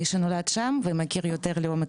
מי שנולד שם ומכיר יותר לעומק,